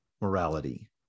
morality